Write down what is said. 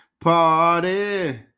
party